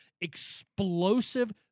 explosive